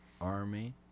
Army